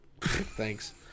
Thanks